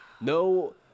no